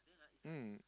mm